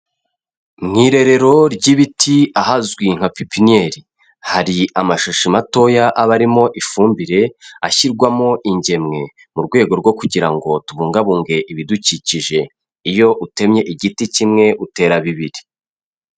Mu irerero ry'ibiti ahazwi nka pipiniyeri, hari amashashi matoya aba arimo ifumbire, ashyirwamo ingemwe mu rwego rwo kugira ngo tubungabunge ibidukikije, iyo utemye igiti kimwe utera bibiri.